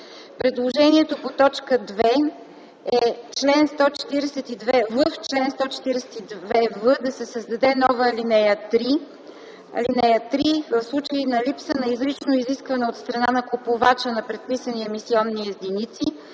Предложението по т. 2 е: „В чл. 142в да се създаде нова ал. 3: „(3) В случай на липса на изрично изискване от страна на купувача на предписани емисионни единици